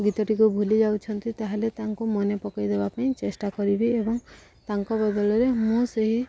ଗୀତଟିକୁ ଭୁଲି ଯାଉଛନ୍ତି ତା'ହେଲେ ତାଙ୍କୁ ମନେ ପକାଇ ଦେବା ପାଇଁ ଚେଷ୍ଟା କରିବି ଏବଂ ତାଙ୍କ ବଦଳରେ ମୁଁ ସେହି